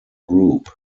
group